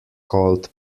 called